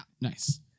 Nice